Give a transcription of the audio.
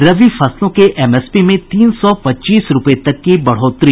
रबी फसलों के एमएसपी में तीन सौ पच्चीस रूपये तक की बढ़ोतरी